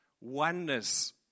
oneness